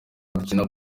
adakina